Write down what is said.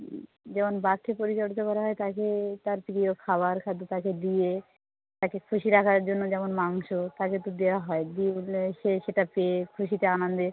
হুম যেমন বাঘকে পরিচর্যা করা হয় তাইকে তার প্রিয় খাবার খাদ্য তাকে দিয়ে তাকে খুশি রাখার জন্য যেমন মাংস তাকে তো দেওয়া হয় দুবেলা সে সেটা পেয়ে খুশিতে আনন্দে